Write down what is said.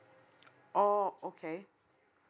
oh okay